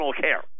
care